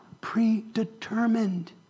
predetermined